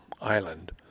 Island